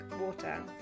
water